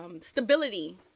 Stability